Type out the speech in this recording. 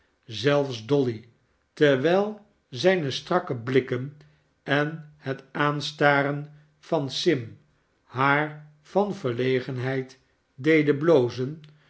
zelfs dolly terwijl zijne strakke blikken en het aanstaren van sim haar van verlegenheid deden blozen